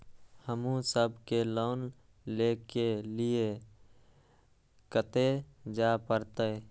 हमू सब के लोन ले के लीऐ कते जा परतें?